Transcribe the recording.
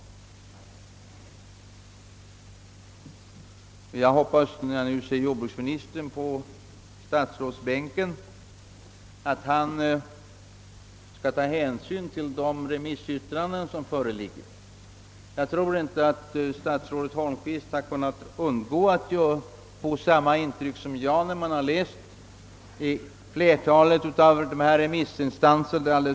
När jag nu ser jordbruksministern på statsrådsbänken, vill jag uttrycka en förhoppning om att han skall ta hänsyn till de remissyttranden som föreligger. Jag tror inte att statsrådet Holmqvist har kunnat undgå att få samma intryck som jag fått då han läst flertalet av remissinstansernas yttranden.